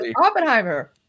oppenheimer